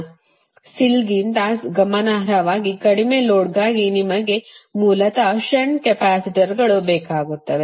SIL ಲ್ಗಿಂತ ಗಮನಾರ್ಹವಾಗಿ ಕಡಿಮೆ ಲೋಡ್ಗಾಗಿ ನಿಮಗೆ ಮೂಲತಃ ಶಂಟ್ ಇಂಡಕ್ಟರ್ಗಳು ಬೇಕಾಗುತ್ತವೆ